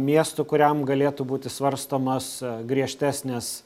miestų kuriam galėtų būti svarstomos griežtesnės